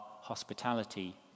hospitality